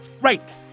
Right